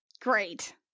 Great